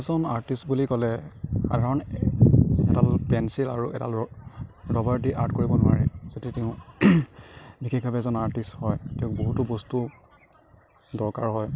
এজন আৰ্টিষ্ট বুলি ক'লে সাধাৰণতে এডাল পেঞ্চিল আৰু এডাল ৰবৰে দি আৰ্ট কৰিব নোৱাৰে যদি তেওঁ বিশেষভাৱে এজন আৰ্টিষ্ট হয় তেওঁক বহুতো বস্তুৰ দৰকাৰ হয়